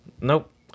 Nope